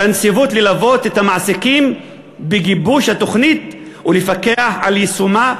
על הנציבות ללוות את המעסיקים בגיבוש התוכנית ולפקח על יישומה.